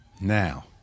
now